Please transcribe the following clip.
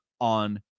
on